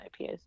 ipas